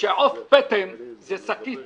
שעוף פטם זה שקית